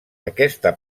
aquesta